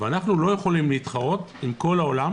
ואנחנו לא יכולים להתחרות עם כל העולם,